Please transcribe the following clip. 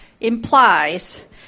implies